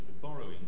borrowing